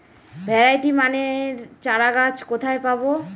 Variety মানের চারাগাছ কোথায় পাবো?